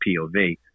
POV